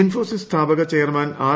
ഇൻഫോസിസ് സ്ഥാപക chairman R